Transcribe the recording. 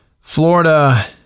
Florida